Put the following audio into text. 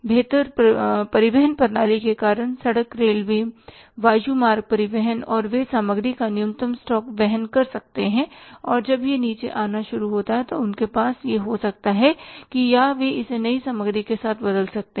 बेहतर परिवहन प्रणाली के कारण सड़क रेलवे वायु मार्ग परिवहन और वे सामग्री का न्यूनतम स्टॉक वहन कर सकते हैं और जब यह नीचे आना शुरू होता है तो उनके पास यह हो सकता है या वे इसे नई सामग्री के साथ बदल सकते हैं